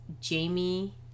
Jamie